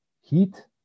heat